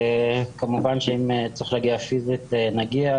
כמובן שאם צריך להגיע פיזית, נגיע.